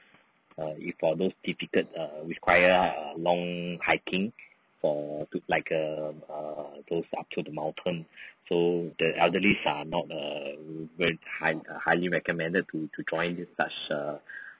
it's for those difficult err require a long hiking for took like err err those up to the mountain so the elderlies are not err high~ highly recommended to to join such err